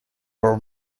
were